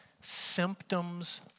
symptoms